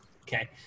Okay